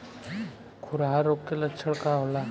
खुरहा रोग के लक्षण का होला?